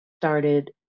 started